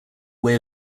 way